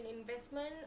investment